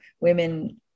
women